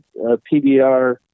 PBR